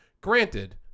Granted